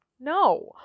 No